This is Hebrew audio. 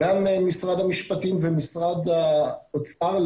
גם משרד המשפטים ומשרד האוצר,